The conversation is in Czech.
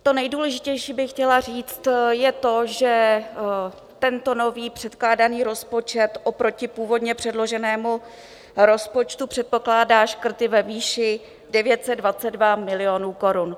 To nejdůležitější, co bych chtěla říct, je to, že tento nový předkládaný rozpočet oproti původně předloženému rozpočtu předpokládá škrty ve výši 922 milionů korun.